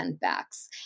backs